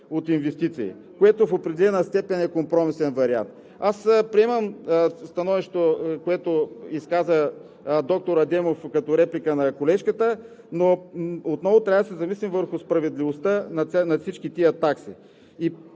от инвестиции, което в определена степен е компромисен вариант? Приемам становището, което изказа доктор Адемов като реплика на колежката, но отново трябва да се замислим върху справедливостта на всички тези такси.